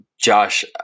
Josh